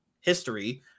history